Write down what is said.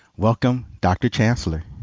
welcome, dr. chancellor?